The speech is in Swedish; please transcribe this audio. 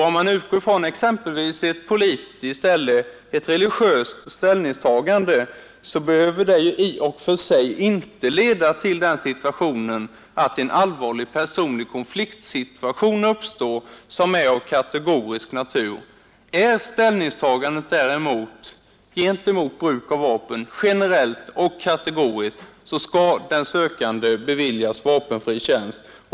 Om man utgår från exempelvis ett politiskt eller religiöst ställningstagande behöver det i och för sig inte leda till en allvarlig personlig konfliktsituation av kategorisk natur. Är ställningstagandet mot bruk av vapen däremot generellt och kategoriskt, så skall den sökande beviljas vapenfri tjänst.